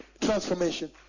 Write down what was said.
Transformation